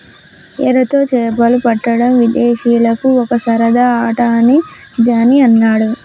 ఎరతో చేపలు పట్టడం విదేశీయులకు ఒక సరదా ఆట అని జానీ అన్నాడు